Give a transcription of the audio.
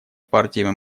партиями